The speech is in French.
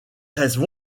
restent